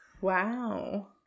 Wow